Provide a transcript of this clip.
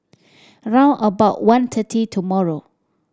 round about one thirty tomorrow